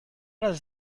does